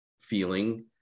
feeling